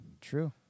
True